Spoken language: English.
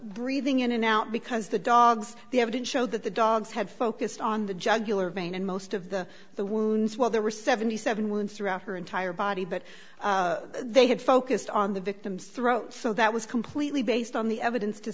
breathing in and out because the dogs the evidence showed that the dogs had focused on the juggler vein and most of the the wounds while there were seventy seven wounds throughout her entire body but they had focused on the victims throat so that was completely based on the evidence to